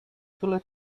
tyle